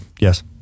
yes